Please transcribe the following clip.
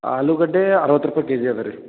ಆಲೂಗಡ್ಡೆ ಅರುವತ್ತು ರೂಪಾಯಿ ಕೆ ಜಿ ಇದೆರೀ